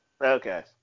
Okay